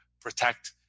protect